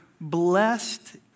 blessed